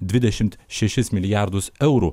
dvidešimt šešis milijardus eurų